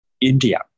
India